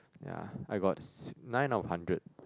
ya I got s~ nine out of hundred